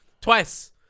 Twice